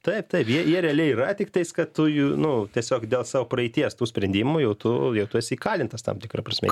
taip taip jie jie realiai yra tiktais kad tu jų nu tiesiog dėl savo praeities tų sprendimų jau tu jau tu esi įkalintas tam tikra prasme